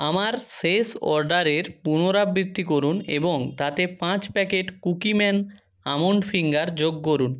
আমার শেষ অর্ডারের পুনরাবৃত্তি করুন এবং তাতে পাঁচ প্যাকেট কুকিম্যান আমন্ড ফিঙ্গার যোগ করুন